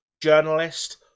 journalist